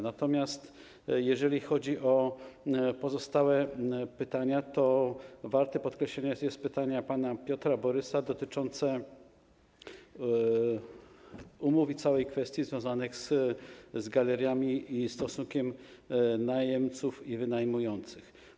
Natomiast, jeżeli chodzi o pozostałe pytania, to warte podkreślenia jest pytanie pana Piotra Borysa dotyczące umów i kwestii związanych z galeriami i stosunkiem najemców i wynajmujących.